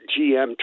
GM